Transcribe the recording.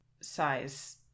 size